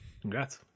Congrats